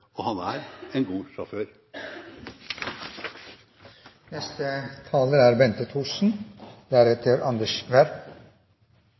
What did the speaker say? Og han er en god sjåfør!